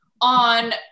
on